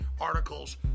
articles